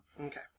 Okay